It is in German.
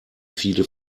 viele